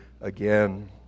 again